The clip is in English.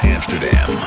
Amsterdam